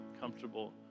comfortable